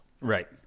right